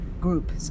group